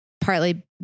partly